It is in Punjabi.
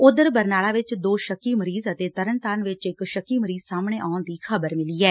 ਉਧਰ ਬਰਨਾਲਾ ਵਿਚ ਦੋ ਸ਼ੱਕੀ ਮਰੀਜ਼ ਅਤੇ ਤਰਨਤਾਰਨ ਵਿਚ ਇਕ ਸ਼ੱਕੀ ਮਰੀਜ਼ ਸਾਹਮਣੇ ਆਉਣ ਦੀ ਖ਼ਬਰ ਮਿਲੀ ਐ